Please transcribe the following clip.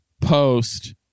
post